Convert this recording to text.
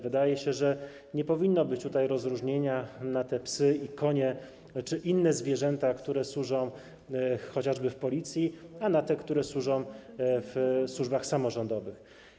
Wydaje się, że nie powinno być tu rozróżnienia: psy, konie czy inne zwierzęta, które służą chociażby w Policji, i na te, które służą w służbach samorządowych.